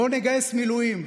בואו נגייס מילואים,